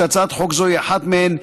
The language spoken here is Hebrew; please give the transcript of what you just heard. שהצעת חוק זו היא אחת מהם,